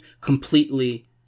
completely